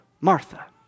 Martha